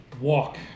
Walk